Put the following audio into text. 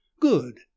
Good